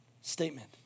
statement